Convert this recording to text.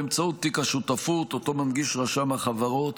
באמצעות תיק השותפות שמנגיש רשם החברות